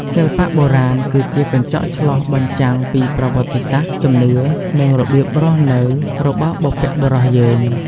សិល្បៈបុរាណគឺជាកញ្ចក់ឆ្លុះបញ្ចាំងពីប្រវត្តិសាស្ត្រ ជំនឿ និងរបៀបរស់នៅរបស់បុព្វបុរសយើង។